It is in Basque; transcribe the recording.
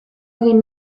egin